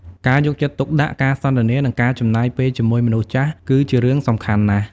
ការយកចិត្តទុកដាក់ ការសន្ទនា និងការចំណាយពេលជាមួយមនុស្សចាស់ គឺជារឿងសំខាន់ណាស់។